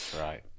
Right